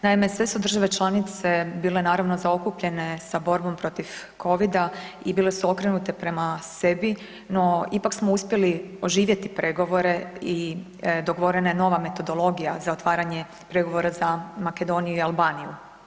Naime, sve su države članice bile naravno zaokupljene sa borbom protiv Covida i bile su okrenute prema sebi, no ipak smo uspjeli oživjeti pregovore i dogovorena je nova metodologija za otvaranje pregovora za Makedoniju i Albaniju.